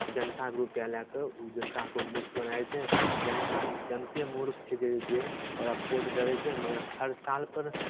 जनताके रुपैआ लए कऽ ओ जनताके मूर्ख बनाए छै जनता जनते मूर्ख छै जे जे ओकरा भोट दऽ दै छै मगर हर सालपर